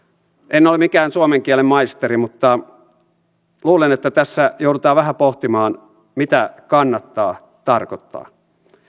en ole mikään suomen kielen maisteri mutta luulen että tässä joudutaan vähän pohtimaan mitä kannattaa tarkoittaa